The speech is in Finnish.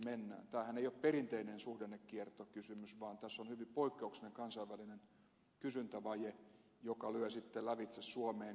tämähän ei ole perinteinen suhdannekiertokysymys vaan tässä on hyvin poikkeuksellinen kansainvälinen kysyntävaje joka lyö sitten lävitse suomeen